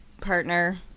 partner